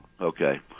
Okay